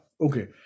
Okay